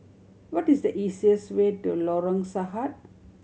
what is the easiest way to Lorong Sahad